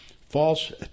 false